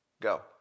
Go